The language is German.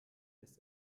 ist